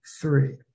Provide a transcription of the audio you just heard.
three